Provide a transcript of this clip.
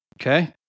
Okay